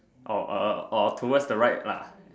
orh uh orh towards the right lah